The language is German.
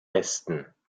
besten